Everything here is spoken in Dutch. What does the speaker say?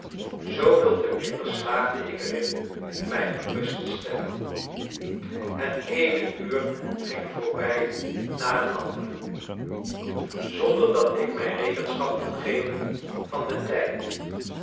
zooveel te minder slaagde ik erin mij gerust te stellen het eene uur ging voorbij na het andere zonder dat ik mij rekenschap kon geven van den tijd